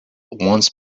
once